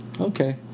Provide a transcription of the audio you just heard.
Okay